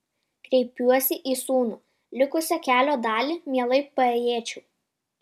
kreipiuosi į sūnų likusią kelio dalį mielai paėjėčiau